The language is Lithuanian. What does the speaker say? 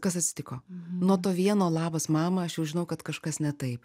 kas atsitiko nuo to vieno labas mama aš jau žinau kad kažkas netaip